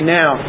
now